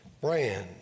brand